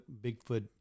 Bigfoot